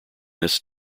this